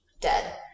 Dead